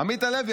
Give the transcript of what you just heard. עמית הלוי,